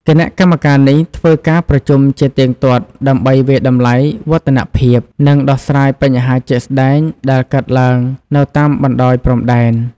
គណៈកម្មការនេះធ្វើការប្រជុំជាទៀងទាត់ដើម្បីវាយតម្លៃវឌ្ឍនភាព និងដោះស្រាយបញ្ហាជាក់ស្តែងដែលកើតឡើងនៅតាមបណ្តោយព្រំដែន។